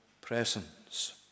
presence